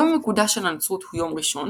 היום המקודש של הנצרות הוא יום ראשון,